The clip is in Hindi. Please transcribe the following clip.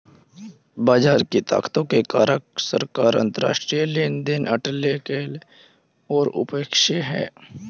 बाजार की ताकतों के कारक सरकार, अंतरराष्ट्रीय लेनदेन, अटकलें और अपेक्षाएं हैं